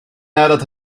nadat